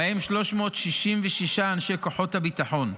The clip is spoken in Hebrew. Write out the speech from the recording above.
ובהם 366 אנשי כוחות הביטחון,